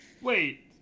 Wait